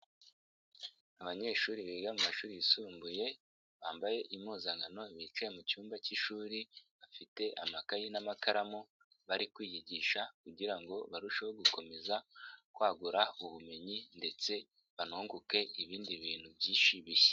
Abanyeshuri biga mu mashuri yisumbuye bambaye impuzankano bicaye mu cyumba cy'ishuri bafite amakayi n'amakaramu bari kwiyigisha kugira ngo barusheho gukomeza kwagura ubumenyi ndetse banunguke ibindi bintu byinshi bishya.